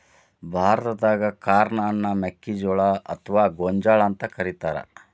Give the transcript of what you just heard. ಭಾರತಾದಾಗ ಕಾರ್ನ್ ಅನ್ನ ಮೆಕ್ಕಿಜೋಳ ಅತ್ವಾ ಗೋಂಜಾಳ ಅಂತ ಕರೇತಾರ